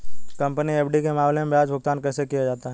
Company FD के मामले में ब्याज भुगतान कैसे किया जाता है?